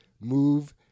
move